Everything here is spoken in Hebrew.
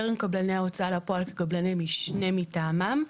עם קבלני ההוצאה לפועל כקבלני משנה מטעמם,